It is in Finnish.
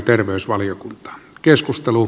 arvoisa puhemies